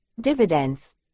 dividends